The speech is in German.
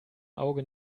auge